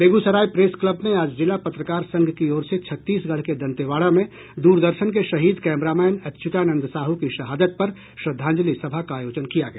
Begusarai press club में आज जिला पत्रकार संघ की ओर से छत्तीसगढ़ के दंतेवाड़ा में दूरदर्शन के शहीद कैमरामैन अच्युतानंद साहू की शहादत पर श्रद्धांजलि सभा का आयोजन किया गया